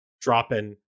dropping